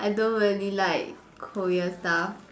I don't really like Korea stuff